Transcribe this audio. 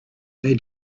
they